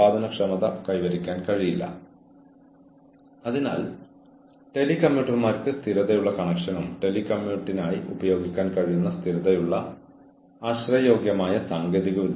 ഉടനടി ശിക്ഷ ഒഴിവാക്കിക്കൊണ്ട് അച്ചടക്കത്തിന് പുരോഗമനപരമല്ലാത്ത സമീപനം ഉപയോഗിക്കുന്നത് പുരോഗതിയാണ്